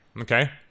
Okay